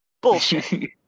bullshit